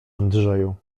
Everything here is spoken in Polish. andrzeju